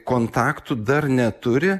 kontaktų dar neturi